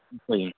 ਅੱਛਾ ਜੀ